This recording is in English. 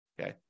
Okay